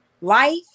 Life